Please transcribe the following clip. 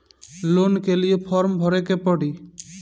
Loan के लिए form भरे के पड़ी?